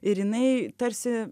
ir jinai tarsi